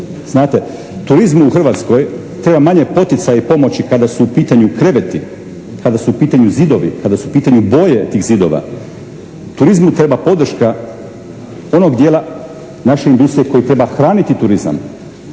Znate, turizmu u Hrvatskoj treba manje poticaja i pomoći kada su u pitanju kreveti, kada su u pitanju zidovi, kada su u pitanju bolje tih zidova. Turizmu treba podrška onog dijela naše industrije koji treba hraniti turizam.